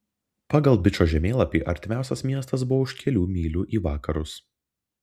pagal bičo žemėlapį artimiausias miestas buvo už kelių mylių į vakarus